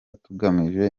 tugamije